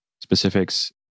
specifics